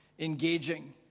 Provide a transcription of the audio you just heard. engaging